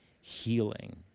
healing